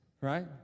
Right